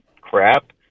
crap